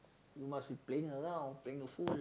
you must be playing around playing a fool